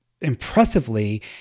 impressively